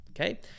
okay